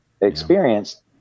experienced